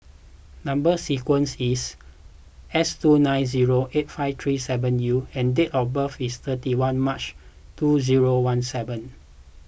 Number Sequence is S two nine zero eight five three seven U and date of birth is thirty one March two zero one seven